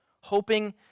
Hoping